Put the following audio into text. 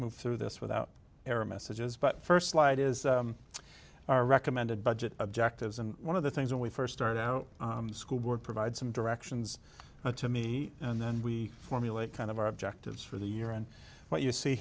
move through this without error messages but first light is our recommended budget objectives and one of the things when we first started school board provide some directions to me and then we formulate kind of our objectives for the year and what you see